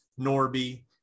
norby